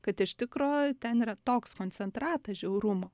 kad iš tikro ten yra toks koncentratas žiaurumo